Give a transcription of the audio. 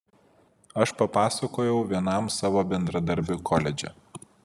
aš papasakojau vienam savo bendradarbiui koledže